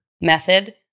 method